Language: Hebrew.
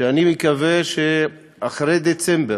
שאני מקווה שאחרי דצמבר